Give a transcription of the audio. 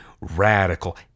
radical